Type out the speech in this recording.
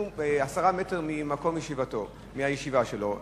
עשרה מטרים ממקום הישיבה שלו.